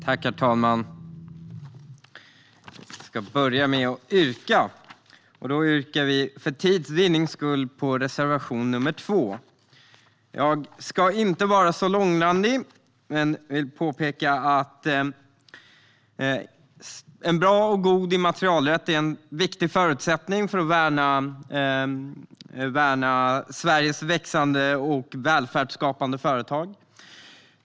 Herr talman! Jag vill för tids vinnande yrka bifall endast till reservation 2. Jag ska inte vara så långrandig, men jag vill påpeka att en bra och god immaterialrätt är en viktig förutsättning för att värna Sveriges växande och välfärdsskapande företag.